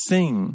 Sing